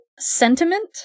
sentiment